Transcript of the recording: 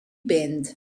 band